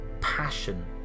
passion